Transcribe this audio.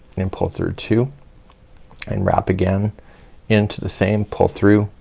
and and pull through two and wrap again into the same pull through,